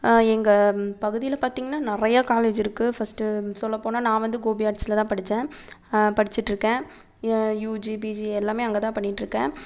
எங்கள் பகுதியில் பார்த்தீங்கனா நிறையா காலேஜ் இருக்கு ஃபஸ்ட்டு சொல்லப்போனால் நான் வந்து கோபி ஆர்ட்ஸில் தான் படித்தேன் படிச்சுட்டு இருக்கேன் யூஜி பிஜி எல்லாம் அங்கேதான் பண்ணிகிட்டு இருக்கேன்